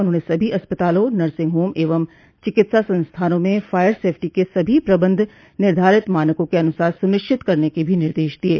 उन्होंने सभी अस्पतालों नर्सिग होम एव चिकित्सा संस्थानों में फायर सेफ्टी के सभी प्रबन्ध निधारित मानकों के अनुसार सुनिश्चित करने के भी निर्देश दिये